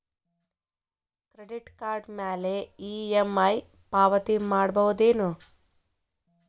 Credit card ಮ್ಯಾಲೆ EMI ಪಾವತಿ ಮಾಡ್ಬಹುದೇನು?